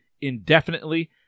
indefinitely